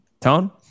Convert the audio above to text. Tone